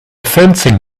fencing